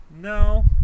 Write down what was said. No